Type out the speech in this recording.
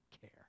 care